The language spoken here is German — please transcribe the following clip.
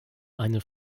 eine